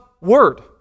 Word